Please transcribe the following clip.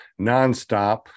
nonstop